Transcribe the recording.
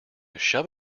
shove